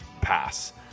Pass